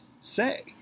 say